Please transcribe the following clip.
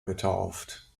getauft